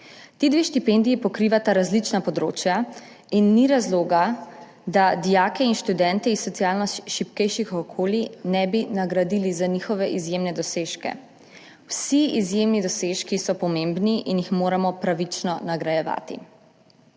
Ti dve štipendiji pokrivata različna področja in ni razloga, da dijake in študente iz socialno šibkejših okolij ne bi nagradili za njihove izjemne dosežke. Vsi izjemni dosežki so pomembni in jih moramo pravično nagrajevati.